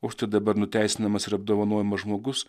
užtat dabar nuteisinamas ir apdovanojamas žmogus